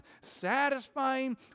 satisfying